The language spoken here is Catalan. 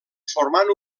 formant